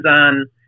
on